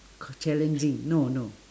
c~ challenging no no